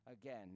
Again